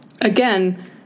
again